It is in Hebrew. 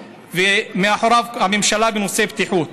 ומאחוריו, הממשלה, בנושא בטיחות.